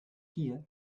hier